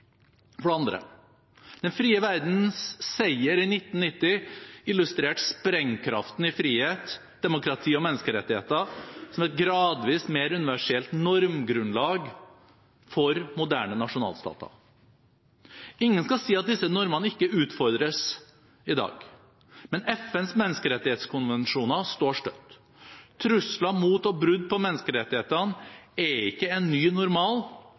For det andre: Den frie verdens seier i 1990 illustrerte sprengkraften i frihet, demokrati og menneskerettigheter som et gradvis mer universelt normgrunnlag for moderne nasjonalstater. Ingen skal si at disse normene ikke utfordres i dag, men FNs menneskerettighetskonvensjoner står støtt. Trusler mot og brudd på menneskerettighetene er ikke en ny normal,